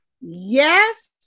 Yes